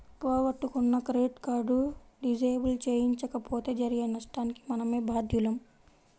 పోగొట్టుకున్న credit card disable చేయించకపోతే జరిగే నష్టానికి మనమే బాధ్యులం